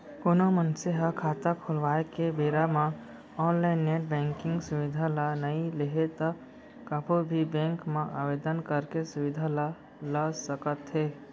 कोनो मनसे ह खाता खोलवाए के बेरा म ऑनलाइन नेट बेंकिंग सुबिधा ल नइ लेहे त कभू भी बेंक म आवेदन करके सुबिधा ल ल सकत हे